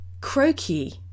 croaky